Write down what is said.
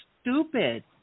stupid